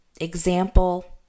example